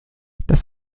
das